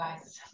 guys